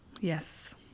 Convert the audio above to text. yes